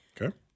Okay